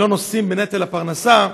לא נושאים בנטל הפרנסה,